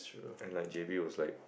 and like J_B was like